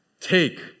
Take